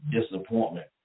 disappointment